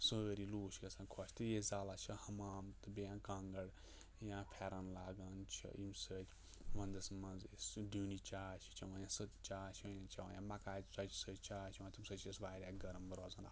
سٲری لوٗکھ چھِ گژھان خۄش تہٕ ییٚتہِ زالان چھِ حَمام تہٕ بیٚیہِ کانٛگٕر یا پھیٚرَن لاگان چھِ ییٚمہِ سۭتۍ ونٛدَس منٛز أسۍ سُہ ڈوٗنہِ چاے چھِ چیٚوان یا سٔتہٕ چاے چھِ چیٚوان یا مَکاے ژۄچہِ سۭتۍ چاے تَمہِ سۭتۍ چھِ أسۍ واریاہ گَرَم روزان اَتھ